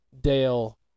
Dale